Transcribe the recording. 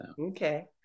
Okay